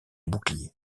boucliers